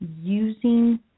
using